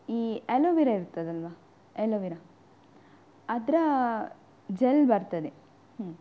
ಈ ಎಲೋವೇರ ಇರ್ತದಲ್ವಾ ಎಲೋವೇರ ಅದರ ಜೆಲ್ ಬರ್ತದೆ ಹ್ಞೂಂ